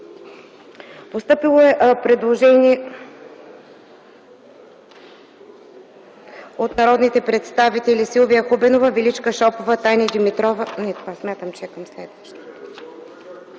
Постъпило е предложение от народните представители Силвия Хубенова, Величка Шопова, Таня Димитрова